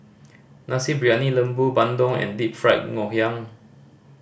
Nasi Briyani Lembu bandung and Deep Fried Ngoh Hiang